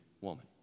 woman